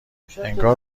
انگار